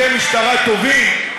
מסייר